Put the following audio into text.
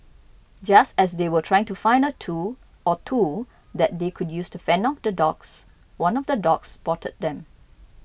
just as they were trying to find a tool or two that they could use to fend off the dogs one of the dogs spotted them